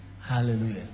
Hallelujah